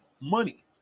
Money